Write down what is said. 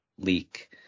leak